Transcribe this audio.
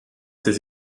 ses